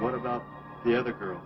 what about the other girl